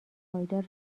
پایدار